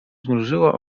zmrużyła